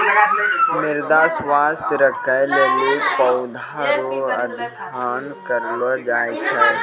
मृदा स्वास्थ्य राखै लेली पौधा रो अध्ययन करलो जाय छै